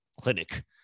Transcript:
clinic